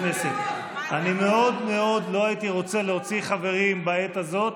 אני מאוד מאוד לא הייתי רוצה להוציא חברים בעת הזאת.